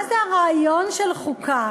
מה זה הרעיון של חוקה?